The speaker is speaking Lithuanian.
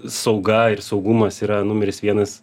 sauga ir saugumas yra numeris vienas